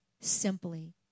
Simply